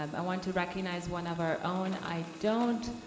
um i want to recognize one of our own. i don't,